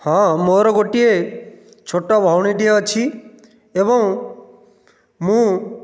ହଁ ମୋର ଗୋଟିଏ ଛୋଟ ଭଉଣୀ ଟିଏ ଅଛି ଏବଂ ମୁଁ